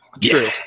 true